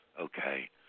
Okay